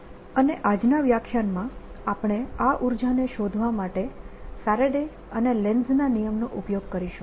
Energy120E2 અને આજના વ્યાખ્યાનમાં આપણે આ ઉર્જાને શોધવા માટે ફેરાડે અને લેન્ઝના નિયમ Lenz's law નો ઉપયોગ કરીશું